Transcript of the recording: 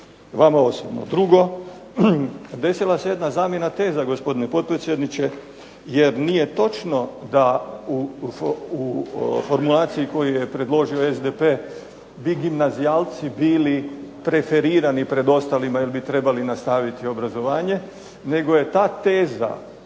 Vama osobno. Drugo. Desila se jedna zamjena teza, gospodine potpredsjedniče, jer nije točno da u formulaciji koju je predložio SDP bi gimnazijalci bili preferirani pred ostalima jer bi trebali nastaviti obrazovanje, nego je ta teza